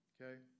Okay